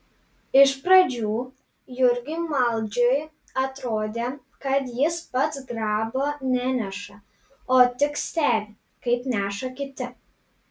iš pradžių jurgiui maldžiui atrodė kad jis pats grabo neneša o tik stebi kaip neša kiti